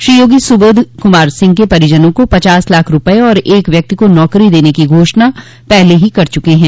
श्री योगी सुबोध कुमार सिंह के परिजनों को पचास लाख रूपये तथा एक व्यक्ति को नौकरी देने की घोषणा पहले ही कर चुके हैं